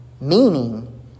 Meaning